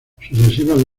sucesivas